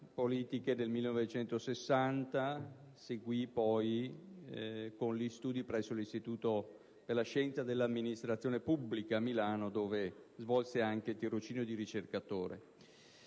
politiche nel 1960 seguirono gli studi presso l'Istituto per la scienza dell'amministrazione pubblica, a Milano, dove svolse anche tirocinio di ricercatore.